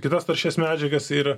kitas taršias medžiagas ir